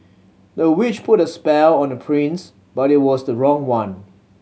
the witch put a spell on the prince but it was the wrong one